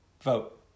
Vote